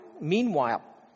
meanwhile